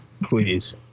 please